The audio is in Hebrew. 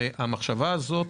הרי המחשבה הזאת,